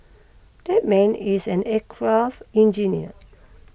that man is an aircraft engineer